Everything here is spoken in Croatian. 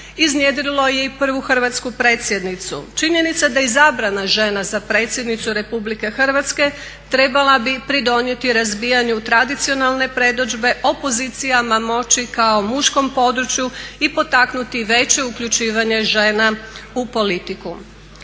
iznjedrilo je i prvu hrvatsku predsjednicu. Činjenica da je izabrana žena za predsjednicu RH trebala bi pridonijeti razbijanju tradicionalne predodžbe o pozicijama moći kao muškom području i potaknuti veće uključivanje žena u politiku.